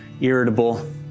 irritable